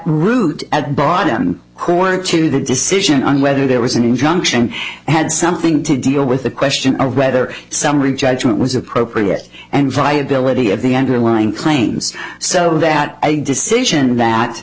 at bottom corner to the decision on whether there was an injunction had something to deal with the question of whether summary judgment was appropriate and viability of the underlying claims so that a decision that